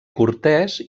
cortès